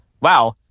wow